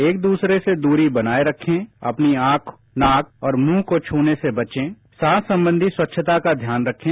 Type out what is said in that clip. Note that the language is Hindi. एक दूसरे से दूरी बनाए रखें अपनी आंख नाक और मुंह को छूने से बचे श्वास संबंधी रवच्छता का ध्यान रखें